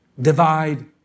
divide